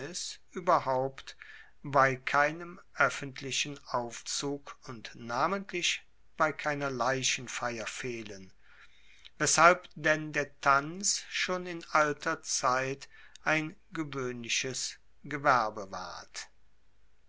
ueberhaupt bei keinem oeffentlichen aufzug und namentlich bei keiner leichenfeier fehlen weshalb denn der tanz schon in alter zeit ein gewoehnliches gewerbe ward